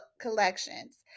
Collections